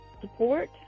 support